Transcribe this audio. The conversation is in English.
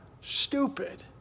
stupid